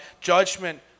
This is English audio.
Judgment